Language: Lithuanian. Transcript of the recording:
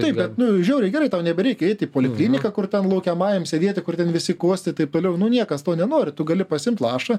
tai bet nu žiauriai gerai tau nebereikia eiti į polikliniką kur ten laukiamajam sėdėti kur ten visi kosti taip toliau nu niekas to nenori tu gali pasiimt lašą